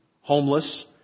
homeless